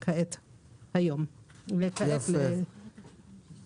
היום אנחנו מניחים אותן שוב.